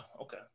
okay